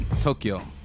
Tokyo